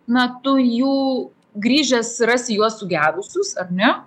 na tu jų grįžęs rasi juos sugedusius ar ne